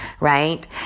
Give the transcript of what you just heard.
right